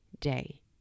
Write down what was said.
day